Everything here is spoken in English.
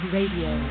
Radio